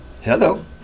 Hello